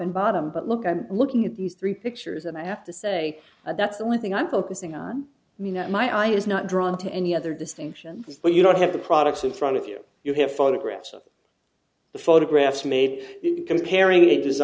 and bottom but look i'm looking at these three pictures and i have to say that's the only thing i'm focusing on me that my eye is not drawn to any other distinction but you don't have the products in front of you you have photographs of the photographs made comparing a